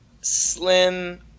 slim